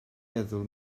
feddwl